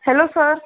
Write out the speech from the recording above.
hello sir